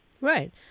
Right